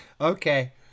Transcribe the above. Okay